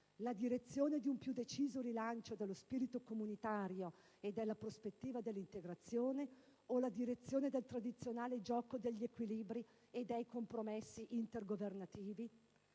La direzione di un più deciso rilancio dello spirito comunitario e della prospettiva dell'integrazione; o la direzione del tradizionale gioco degli equilibri e dei compromessi intergovernativi?».